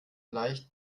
leicht